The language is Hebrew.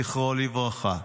זכרו לברכה.